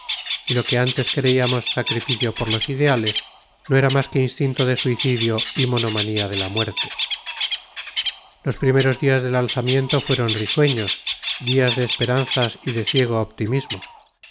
y lo que antes creíamos sacrificio por los ideales no era más que instinto de suicidio y monomanía de la muerte los primeros días del alzamiento fueron risueños días de esperanzas y de ciego optimismo